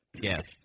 Yes